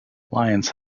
lions